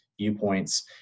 viewpoints